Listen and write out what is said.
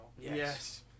Yes